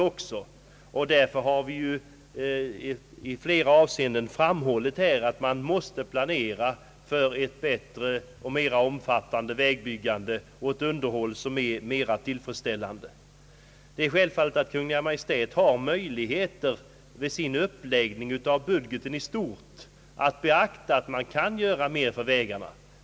Vi har ansett det angeläget att en planering måste ske för ett bättre och mera omfattande vägbyggande och för ett mera tillfredsställande vägunderhåll. Kungl. Maj:t har självfallet möjlighet att vid uppläggningen av budgeten i stort beakta att mera kan göras för vägarna.